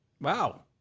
Wow